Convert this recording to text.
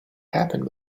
happened